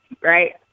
right